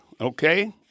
okay